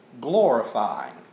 glorifying